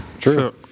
True